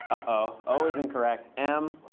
o is incorrect. m.